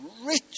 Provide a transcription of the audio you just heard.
rich